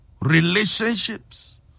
relationships